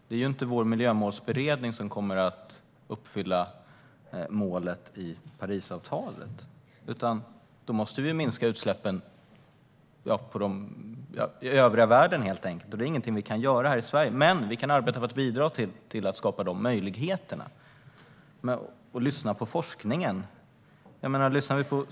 Det är ju inte vår miljömålsberedning som kommer att uppfylla målet i Parisavtalet, utan utsläppen måste minskas i övriga världen helt enkelt. Det är ingenting som vi kan göra här i Sverige, men vi kan arbeta för att bidra till att skapa de möjligheterna och lyssna på forskningen.